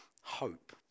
hope